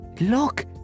Look